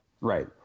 Right